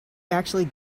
actually